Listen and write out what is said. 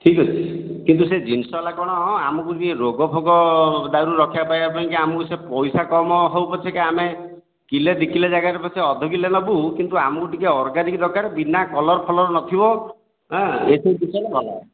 ଠିକ୍ ଅଛି କିନ୍ତୁ ସେ ଜିନିଷ ହେଲା କଣ ଆମକୁ ଟିକେ ରୋଗ ଫୋଗ ଦାଉ ରୁ ରକ୍ଷା ପାଇବା ପାଇଁ କି ଆମକୁ ସେ ପଇସା କମ୍ ହେଉ ପଛକେ ଆମେ କିଲେ ଦୁଇକିଲେ ଜାଗାରେ ପଛେ ଅଧକିଲେ ନେବୁ କିନ୍ତୁ ଆମକୁ ଟିକେ ଅର୍ଗାନିକ୍ ଦରକାର ବିନା କଲର୍ ଫଲର୍ ନଥିବ ହାଁ ଏତିକି ଥିଲେ ଭଲ